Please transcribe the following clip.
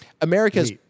America's